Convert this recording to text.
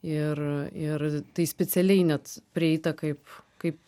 ir ir tai specialiai net prieita kaip kaip